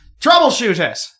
Troubleshooters